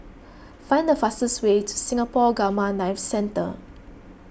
find the fastest way to Singapore Gamma Knife Centre